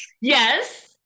yes